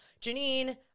Janine